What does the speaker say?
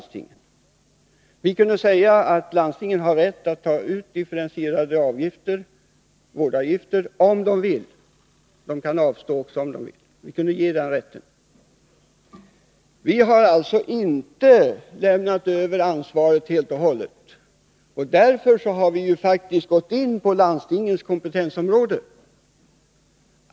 Vi kunde säga att landstingen har rätt att ta ut differentierade vårdavgifter om de vill. De kan också avstå från dessa om de vill. Vi kunde ge dem den rätten. Vi har alltså inte lämnat över ansvaret helt och hållet. Därför har vi faktiskt gått in på landstingens kompetensområde.